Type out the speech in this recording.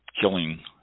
killing